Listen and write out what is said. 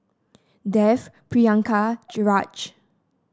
Dev Priyanka Raj